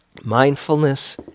Mindfulness